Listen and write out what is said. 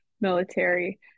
military